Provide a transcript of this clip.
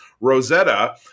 Rosetta